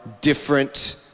different